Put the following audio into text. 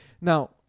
Now